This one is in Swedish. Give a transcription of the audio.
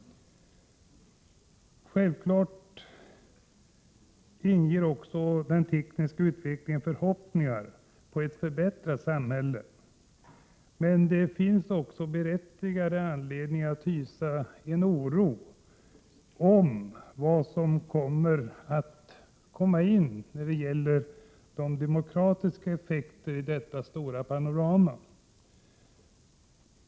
Självfallet inger den tekniska utvecklingen förhoppningar om ett förbättrat samhälle, men det finns också berättigad anledning att hysa oro för vad som kan komma in i fråga om demokratiska effekter i detta stora panorama.